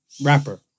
rapper